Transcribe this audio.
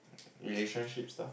relationship stuff